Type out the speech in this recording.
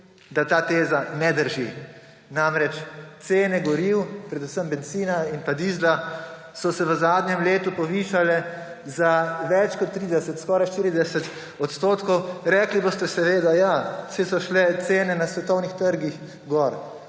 ta teza ne drži. Namreč cene goriv, predvsem bencina in dizla, so se v zadnjem letu povišale za več kot 30 %, skoraj 40 %. Rekli boste – seveda, ja, saj so šle cene na svetovnih trgih gor.